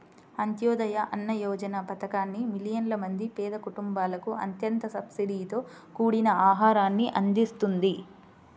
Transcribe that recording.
అంత్యోదయ అన్న యోజన పథకాన్ని మిలియన్ల మంది పేద కుటుంబాలకు అత్యంత సబ్సిడీతో కూడిన ఆహారాన్ని అందిస్తుంది